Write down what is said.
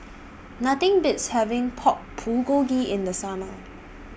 Nothing Beats having Pork Bulgogi in The Summer